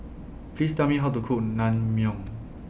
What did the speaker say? Please Tell Me How to Cook Naengmyeon